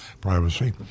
privacy